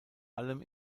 allem